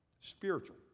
Spiritual